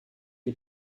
les